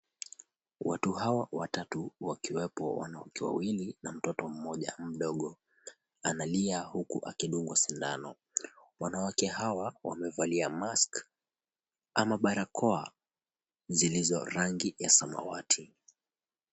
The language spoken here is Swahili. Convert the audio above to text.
Watu hawa watatu wakiwepo wanawake wawili na mtoto mmoja mdogo analia hukuu akidungwa sindano wanawake hawa wamevalia Mask ama barakoa zilizo rangi ya samawati.